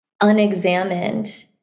unexamined